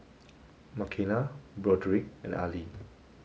Makenna Broderick and Ali